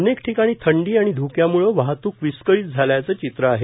अनेक ठिकाणी थंडी आणि ध्रक्यांमुळं वाहतूक विस्कळीत झाल्याचं चित्र आहे